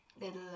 Little